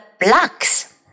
blocks